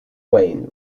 wayne